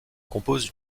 compose